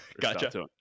Gotcha